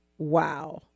Wow